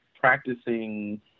practicing